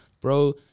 Bro